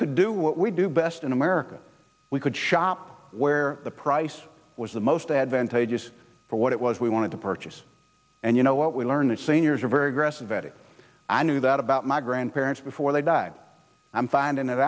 could do what we do best in america we could shop where the price was the most advantageous for what it was we wanted to purchase and you know what we learned seniors are very aggressive at it i knew that about my grandparents before they died i'm finding that